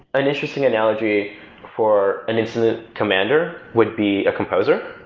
an interesting analogy for an incident commander would be a composer